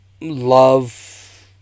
love